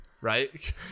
Right